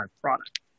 product